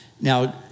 Now